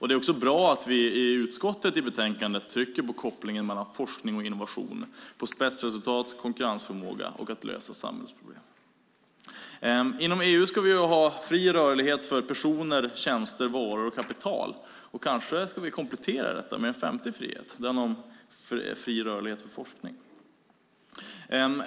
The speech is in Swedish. Det är bra att vi i utskottet i betänkandet trycker på kopplingen mellan forskning och innovation, på spetsresultat, konkurrensförmåga och på att lösa samhällsproblemen. Inom EU ska vi ha fri rörlighet för personer, tjänster, varor och kapital. Kanske ska vi komplettera dessa med en femte frihet, den om fri rörlighet för forskning.